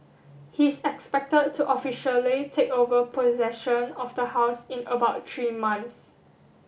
he is expected to officially take over possession of the house in about three months